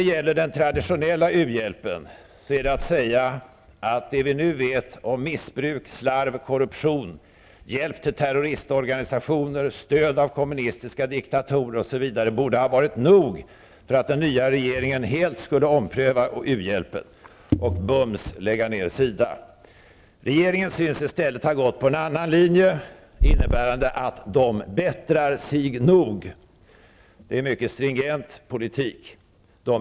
Vad gäller den traditionella u-hjälpen borde det vi nu vet om missbruk, slarv, korruption, hjälp till terroristorganisationer, stöd av kommunistiska diktatorer, osv. ha varit nog för att den nya regeringen helt skulle ompröva u-hjälpen och bums lägga ned SIDA. Regeringen tycks i stället ha gått på en annan linje innebärande antagandet att ''de bättrar sig nog''. Det är en mycket stringent politik.